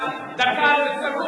דקה אחת,